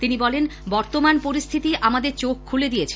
তিনি বলেন বর্তমান পরিস্থিতি আমাদের চোখ খুলে দিয়েছে